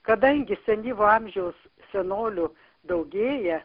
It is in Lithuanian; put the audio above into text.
kadangi senyvo amžiaus senolių daugėja